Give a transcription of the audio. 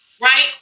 right